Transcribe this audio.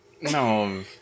No